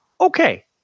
Okay